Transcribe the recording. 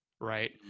Right